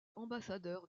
ambassadeur